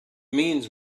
means